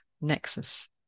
Nexus